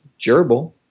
gerbil